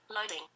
loading